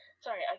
sorry